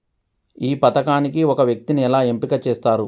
ఈ పథకానికి ఒక వ్యక్తిని ఎలా ఎంపిక చేస్తారు?